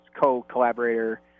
co-collaborator